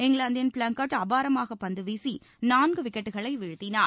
இங்கிலாந்தின் பிளங்கட் அபாரமாக பந்து வீசி நான்கு விக்கெட்டுகளை வீழ்த்தினார்